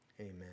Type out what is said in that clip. Amen